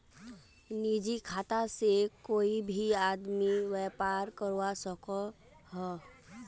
निजी खाता से कोए भी आदमी व्यापार करवा सकोहो